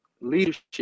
leadership